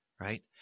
right